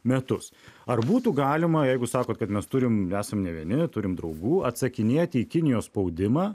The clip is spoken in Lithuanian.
metus ar būtų galima jeigu sakot kad mes turim esam ne vieni turim draugų atsakinėti į kinijos spaudimą